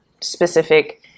specific